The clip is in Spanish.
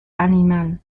animal